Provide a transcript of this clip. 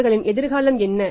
அவர்களின் எதிர்காலம் என்ன